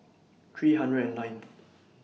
three hundred and ninth